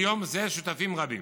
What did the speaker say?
ליום זה שותפים רבים,